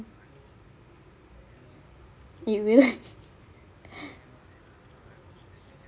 it will